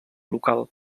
local